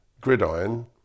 gridiron